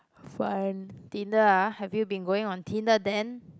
for (uhn) Tinder ah have you been going on Tinder then